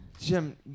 Jim